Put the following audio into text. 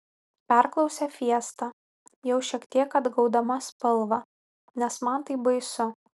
perklausė fiesta jau šiek tiek atgaudama spalvą nes man tai baisu